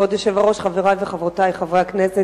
כבוד היושב-ראש, חברי וחברותי חברי הכנסת,